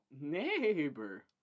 neighbor